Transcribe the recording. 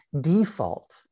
default